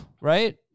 right